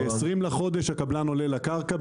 ב-20 בחודש הקבלן עולה לקרקע.